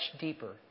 deeper